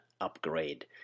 upgrade